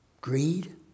greed